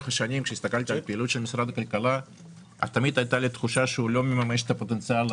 הולכים לאיבוד או שאפשר לנצל אותם בתקציב